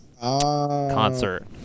concert